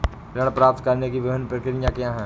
ऋण प्राप्त करने की विभिन्न प्रक्रिया क्या हैं?